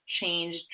change